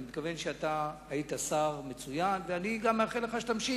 אני מתכוון שהיית שר מצוין ואני גם מאחל לך שתמשיך.